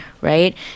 right